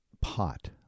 pot